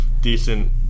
decent –